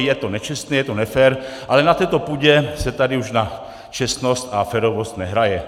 Je to nečestné, je to nefér, ale na této půdě se tady už na čestnost a férovost nehraje.